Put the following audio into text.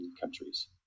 countries